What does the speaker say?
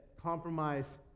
compromise